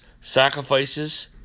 sacrifices